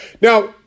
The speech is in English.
Now